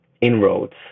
inroads